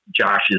Josh's